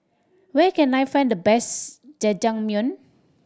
where can I find the best Jajangmyeon